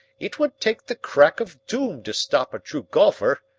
it would take the crack of doom to stop a true golfer.